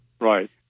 Right